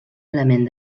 element